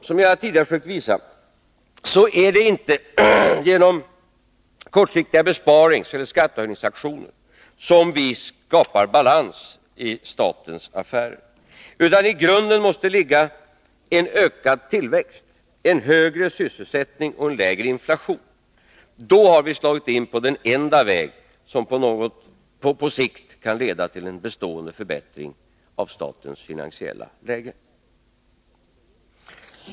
Som jag tidigare försökt visa är det inte genom kortsiktiga besparingseller skattehöjningsaktioner som vi skapar balans i statens affärer, utan i grunden måste ligga en ökad tillväxt, en högre sysselsättning och en lägre inflation. Då har vi slagit in på den enda väg som på sikt kan leda till en bestående förbättring av statens finansiella läge.